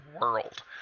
world